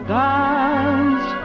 dance